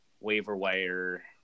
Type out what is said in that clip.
waiver-wire